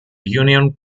union